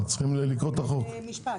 משפט.